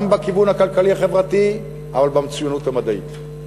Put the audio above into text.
גם בכיוון הכלכלי החברתי, אבל במצוינות המדעית.